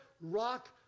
rock